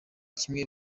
kimwe